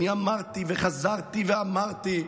אמרתי וחזרתי ואמרתי,